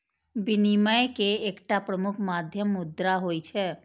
विनिमय के एकटा प्रमुख माध्यम मुद्रा होइ छै